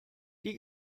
die